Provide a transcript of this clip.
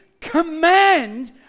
command